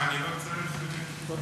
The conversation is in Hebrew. אני לא אצטרך, ?